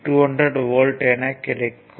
5 200 volt என கிடைக்கும்